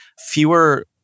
fewer